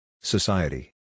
Society